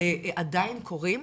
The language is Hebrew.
עדיין קורים,